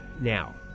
now